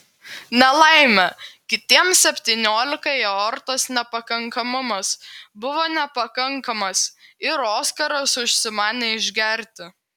nelaimė kitiems septyniolikai aortos nepakankamumas buvo nepakankamas ir oskaras užsimanė išgerti